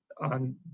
on